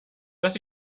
dass